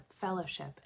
fellowship